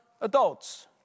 adults